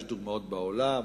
יש דוגמאות בעולם,